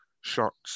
shots